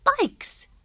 bikes